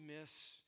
Miss